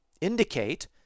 indicate